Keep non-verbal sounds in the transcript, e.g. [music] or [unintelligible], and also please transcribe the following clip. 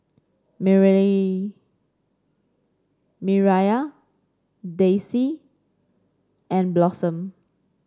[unintelligible] Miriah Dayse and Blossom